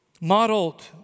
modeled